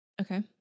okay